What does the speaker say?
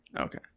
okay